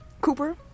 Cooper